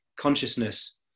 consciousness